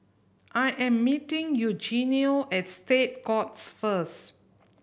I am meeting Eugenio at State Courts first